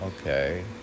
Okay